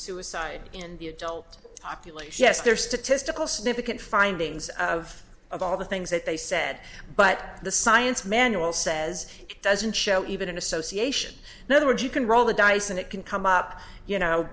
suicide in the adult population yes there statistical significant findings of of all the things that they said but the science manual says it doesn't show even an association in other words you can roll the dice and it can come up you know